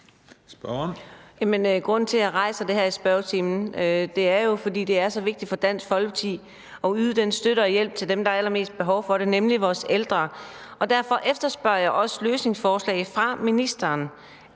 grunden til, at jeg rejser det her i spørgetimen, er jo, at det er så vigtigt for Dansk Folkeparti at yde den støtte og hjælp til dem, der har allermest behov for det, nemlig vores ældre. Derfor efterspørger jeg også løsningsforslag fra ministeren.